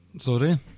Sorry